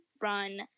run